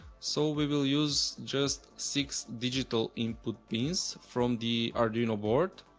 so we will use just six digital input pins from the arduino board.